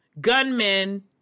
gunmen